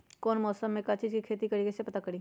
कौन मौसम में का चीज़ के खेती करी कईसे पता करी?